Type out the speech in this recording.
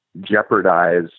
jeopardize